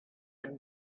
been